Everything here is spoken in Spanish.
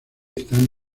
están